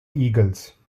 eagles